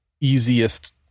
easiest